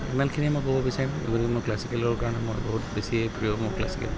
ইমানখিনিয়ে মই ক'ব বিচাৰিম মই ক্লছিকেলৰ কাৰণে মই বহুত বেছিয়ে প্ৰিয় মোৰ ক্লাছিকেল